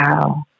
Wow